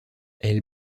elle